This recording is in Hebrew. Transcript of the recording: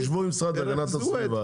תשבו עם המשרד להגנת הסביבה.